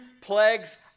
plagues